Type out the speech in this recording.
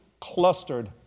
clustered